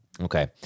Okay